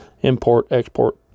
import-export